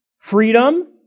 Freedom